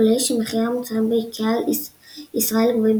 עולה שמחירי המוצרים באיקאה ישראל גבוהים